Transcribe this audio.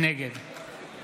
נגד